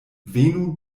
venu